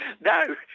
No